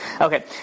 Okay